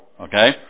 Okay